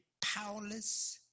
powerless